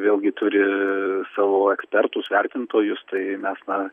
vėlgi turi savo ekspertus vertintojus tai mes na